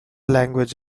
language